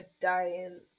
dying